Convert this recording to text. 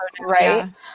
right